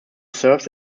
serves